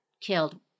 killed